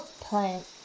plant